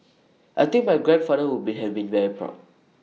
I think my grandfather would be have been very proud